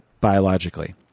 biologically